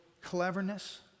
cleverness